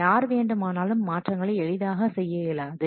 யார் வேண்டுமானாலும் மாற்றங்களை எளிதாக செய்ய இயலாது